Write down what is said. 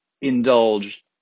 indulge